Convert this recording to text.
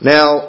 Now